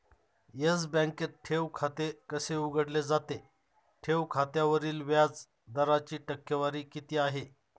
Yes बँकेत ठेव खाते कसे उघडले जाते? ठेव खात्यावरील व्याज दराची टक्केवारी किती आहे?